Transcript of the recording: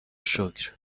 شکر